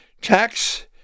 tax